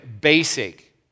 basic